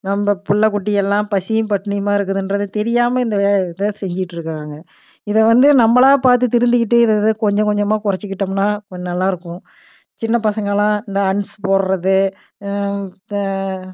நம்ம பிள்ள குட்டி எல்லாம் பசியும் பட்னியுமாக இருக்குதுன்றது தெரியாமல் இந்த வேலை இதை செஞ்சிட்டிருக்குறாங்க இதை வந்து நம்மளா பார்த்து திருந்திகிட்டு இதது கொஞ்ச கொஞ்சமாக குறச்சிகிட்டோம்னா கொஞ்சம் நல்லாயிருக்கும் சின்ன பசங்களாம் இந்த ஹான்ஸ் போடுறது